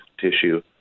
tissue